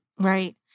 Right